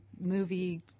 movie